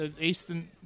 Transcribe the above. Eastern